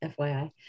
FYI